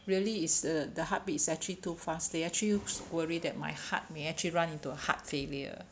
really it's uh the heartbeat is actually too fast they actually worry that my heart may actually run into a heart failure